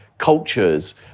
cultures